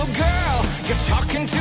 girl you're talking to